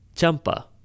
Champa